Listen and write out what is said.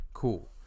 Cool